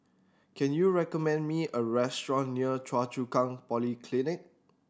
can you recommend me a restaurant near Choa Chu Kang Polyclinic